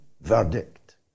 verdict